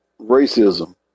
racism